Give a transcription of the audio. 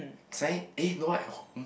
suddenly eh no one at home